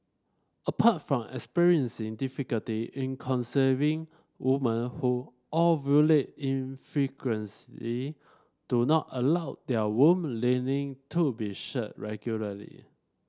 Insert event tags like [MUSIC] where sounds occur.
apart from experiencing difficulty in conceiving woman who ovulate [UNINTELLIGIBLE] do not allow their womb lining to be shed regularly